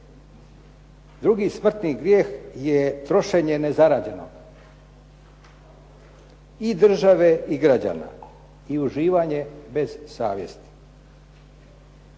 Drugi smrtni grijeh je trošenje nezarađeno i države i građana. I uživanje bez savjesti.